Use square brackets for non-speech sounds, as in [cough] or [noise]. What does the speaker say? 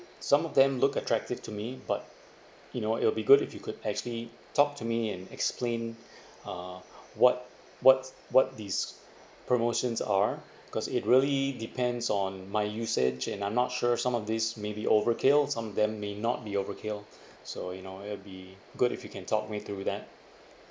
some of them look attractive to me but you know it will be good if you could actually talk to me and explain [breath] uh [breath] what what's what these promotions are [breath] because it really depends on my usage and I'm not sure some of these may be overkill some of them may not be overkill [breath] so you know it'll be good if you can talk me through that